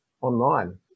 online